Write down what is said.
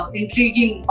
intriguing